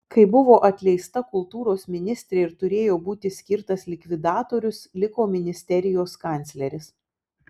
kai buvo atleista kultūros ministrė ir turėjo būti skirtas likvidatorius liko ministerijos kancleris